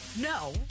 No